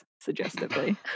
suggestively